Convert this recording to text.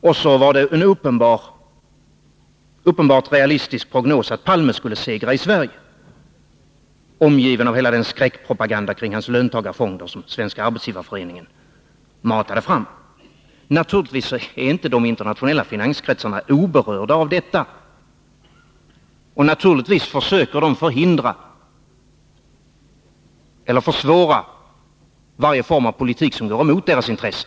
Vidare var det en uppenbart realistisk prognos att Olof Palme skulle segra i Sverige, omgiven av hela den skräckpropaganda kring hans löntagarfonder som Svenska arbetsgivareföreningen hade matat fram. Naturligtvis är inte de internationella finanskretsarna oberörda av detta, och självfallet försöker de förhindra eller försvåra varje form av politik som går emot deras intressen.